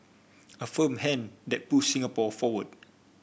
a firm hand that pushed Singapore forward